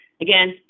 Again